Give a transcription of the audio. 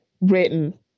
written